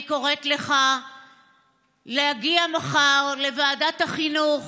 אני קוראת לך להגיע מחר לוועדת החינוך,